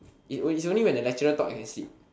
it is only when the lecturer talk then you can sleep